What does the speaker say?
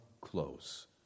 close